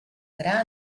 gra